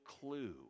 clue